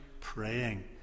praying